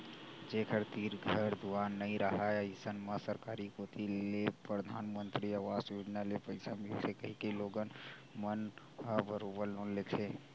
जेखर तीर घर दुवार नइ राहय अइसन म सरकार कोती ले परधानमंतरी अवास योजना ले पइसा मिलथे कहिके लोगन मन ह बरोबर लोन लेथे